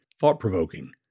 thought-provoking